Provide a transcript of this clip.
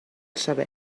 saber